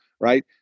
right